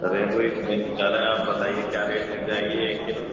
ریہو ہی لینا چاہ رہے ہیں آپ بتائیے کیا ریٹ لگ جائے گی ایک کلو